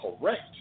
correct